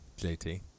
JT